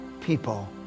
people